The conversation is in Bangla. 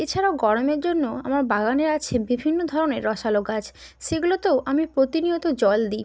এছাড়াও গরমের জন্য আমার বাগানে আছে বিভিন্ন ধরনের রসালো গাছ সেগুলোতেও আমি প্রতিনিয়ত জল দিই